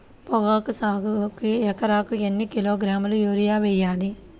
పొగాకు సాగుకు ఎకరానికి ఎన్ని కిలోగ్రాముల యూరియా వేయాలి?